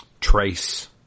Trace